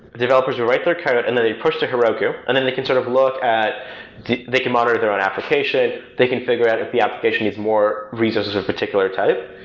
developers will write their code and then they push to heroku, and then they can sort of look at they can monitor their own application, they can figure out if the application needs more resources in particular type.